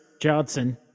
Johnson